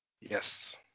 Yes